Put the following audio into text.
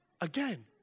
again